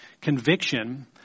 conviction